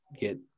get